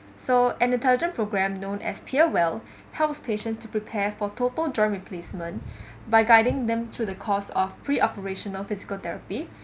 so an intelligent programme known as peerwell helps patients to prepare for total joint replacement by guiding them through the course of pre operational physical therapy